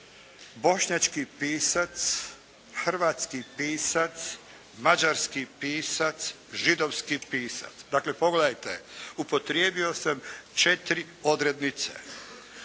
bošnjački pisac, hrvatski pisac, mađarski pisac, židovski pisac. Dakle, pogledajte upotrijebio sam četiri odrednice.